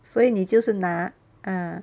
所以你就是拿 ah